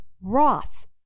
Roth